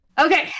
Okay